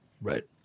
Right